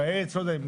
שייוועץ.